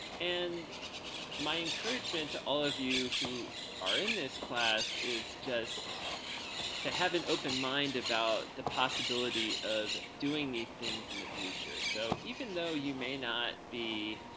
and my encouragement to all of you who are in this class is just to have an open mind about the possibility of doing these things in the future. so even though you may not be